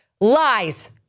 lies